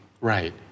Right